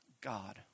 God